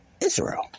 Israel